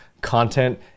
content